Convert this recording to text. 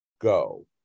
go